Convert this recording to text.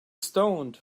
stoned